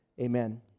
Amen